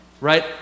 right